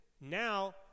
Now